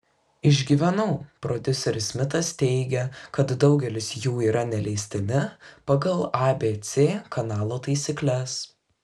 išgyvenau prodiuseris smitas teigia kad daugelis jų yra neleistini pagal abc kanalo taisykles